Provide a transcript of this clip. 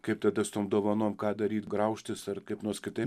kaip tada su tom dovanom ką daryt graužtis ar kaip nors kitaip